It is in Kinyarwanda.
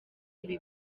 ibi